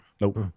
Nope